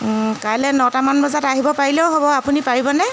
কাইলৈ নটামান বজাত আহিব পাৰিলেও হ'ব আপুনি পাৰিব নে